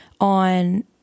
on